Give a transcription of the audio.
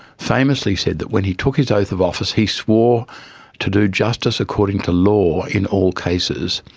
famously said that when he took his oath of office he swore to do justice according to law in all cases,